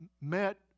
met